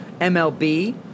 MLB